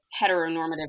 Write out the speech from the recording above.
heteronormative